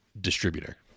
distributor